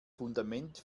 fundament